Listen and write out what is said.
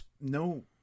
no